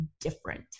different